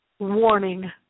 Warning